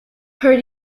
her